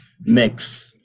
mix